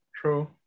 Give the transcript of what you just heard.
True